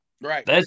Right